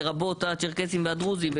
לרבות הצ'רקסים והדרוזים,